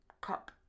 Cup